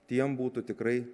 tiem būtų tikrai